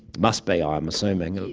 must be, i'm assuming